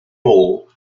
hall